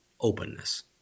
openness